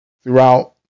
throughout